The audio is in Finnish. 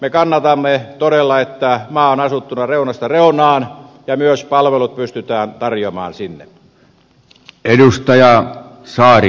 me kannatamme todella että maa on asuttuna reunasta reunaan ja myös palvelut pystytään tarjoamaan sinne